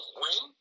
win